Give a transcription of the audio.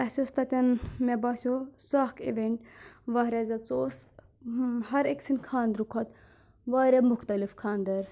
اَسہِ اوس تَتؠن مےٚ باسیٚو سُہ اَکھ اِوینٛٹ واریاہ زیادٕ سُہ اوس ہر أکۍ سٕنٛدۍ خانٛدرٕ کھۄتہٕ واریاہ مُختٔلِف خانٛدر